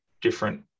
different